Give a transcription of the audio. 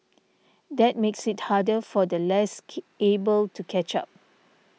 that makes it harder for the less able to catch up